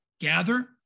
gather